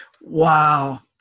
Wow